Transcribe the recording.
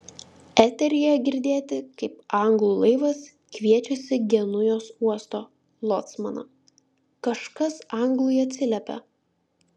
eteryje girdėti kaip anglų laivas kviečiasi genujos uosto locmaną kažkas anglui atsiliepia